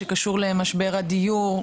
שקשור למשבר הדיור,